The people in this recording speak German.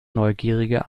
neugierige